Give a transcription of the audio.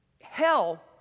hell